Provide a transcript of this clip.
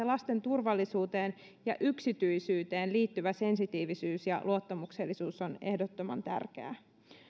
lasten turvallisuuteen ja yksityisyyteen liittyvä sensitiivisyys ja luottamuksellisuus on ehdottoman tärkeää